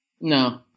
No